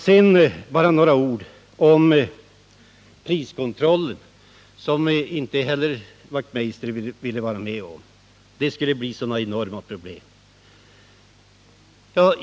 Sedan bara några ord om priskontrollen, som Hans Wachtmeister inte heller ville vara med om, eftersom den skulle medföra sådana enorma problem.